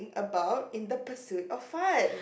about in the pursue of fun